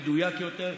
מדויק יותר.